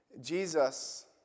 Jesus